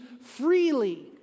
freely